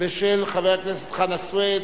ושל חבר הכנסת חנא סוייד,